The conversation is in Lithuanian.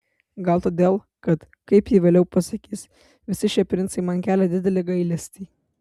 gal todėl kad kaip ji vėliau pasakys visi šie princai man kelia didelį gailestį